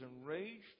enraged